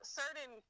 certain